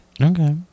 Okay